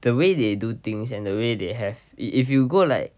the way they do things and the way they have if if you go like